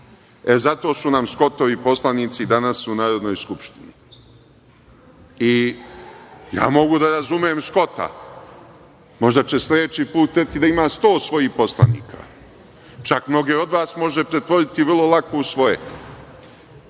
E, zato su nam Skotovi poslanici danas u Narodnoj skupštini. Ja mogu da razumem Skota, možda će sledeći put hteti da ima sto svojih poslanika. Čak mnoge od vas može pretvoriti vrlo lako u svoje.